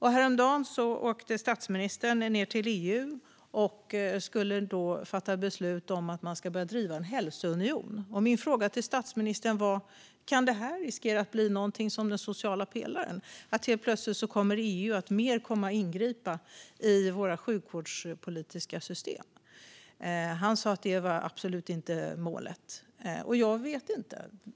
Häromdagen åkte statsministern ned till EU och skulle då fatta beslut om att driva en hälsounion. Min fråga till statsministern var då om detta kan riskera att bli som den sociala pelaren, det vill säga att plötsligt kommer EU att mer ingripa i våra sjukvårdspolitiska system. Han sa att det absolut inte var målet. Jag vet inte.